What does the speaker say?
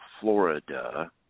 Florida